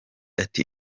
ati